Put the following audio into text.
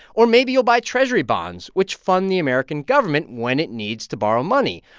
or maybe you'll buy treasury bonds, which fund the american government when it needs to borrow money,